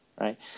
Right